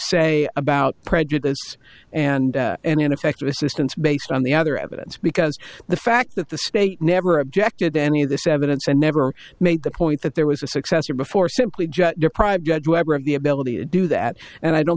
say about prejudice and an ineffective assistance based on the other evidence because the fact that the state never objected to any of this evidence and never made the point that there was a successor before simply just deprived of the ability to do that and i don't